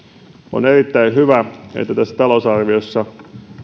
on erittäin hyvä että tässä talousarviossa